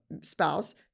spouse